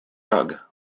rug